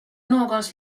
någons